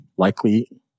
likely